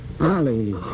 Ollie